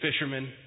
fishermen